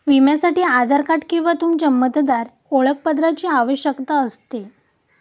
विम्यासाठी आधार कार्ड किंवा तुमच्या मतदार ओळखपत्राची आवश्यकता असते